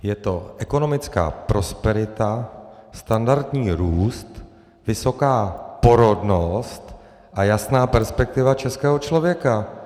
Je to ekonomická prosperita, standardní růst, vysoká porodnost a jasná perspektiva českého člověka.